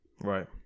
right